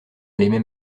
l’aimait